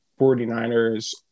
49ers